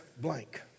blank